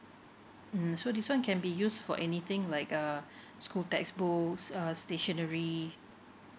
mm so this one can be use for anything like uh school textbooks uh stationary